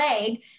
leg